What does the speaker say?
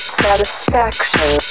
satisfaction